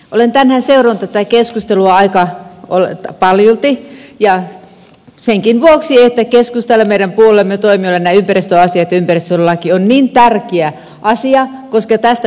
olen tänään seurannut tätä keskustelua aika paljolti ja senkin vuoksi että keskustalle meidän puolueemme toimijoille nämä ympäristöasiat ja ympäristönsuojelulaki ovat niin tärkeä asia koska tästä me elämme